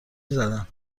زدن